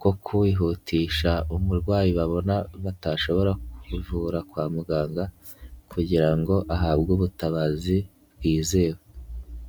ko kwihutisha umurwayi babona batashobora kuvura kwa muganga kugira ngo ahabwe ubutabazi bwizewe.